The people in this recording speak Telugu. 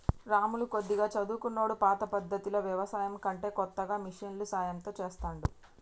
రాములు కొద్దిగా చదువుకున్నోడు పాత పద్దతిలో వ్యవసాయం కంటే కొత్తగా మిషన్ల సాయం తో చెస్తాండు